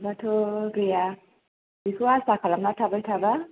मोनाबाथ' गैया बेखौ आसा खालामनानै थाबाय थाबा